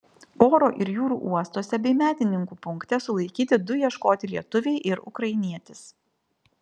oro ir jūrų uostuose bei medininkų punkte sulaikyti du ieškoti lietuviai ir ukrainietis